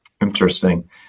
Interesting